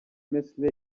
مثل